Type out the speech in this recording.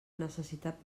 necessitat